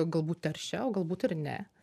galbūt teršia o galbūt ir ne